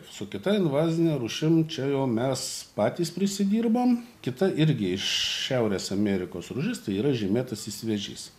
su kita invazine rūšim čia jau mes patys prisidirbom kita irgi iš šiaurės amerikos rūšis tai yra žymėtasis vėžys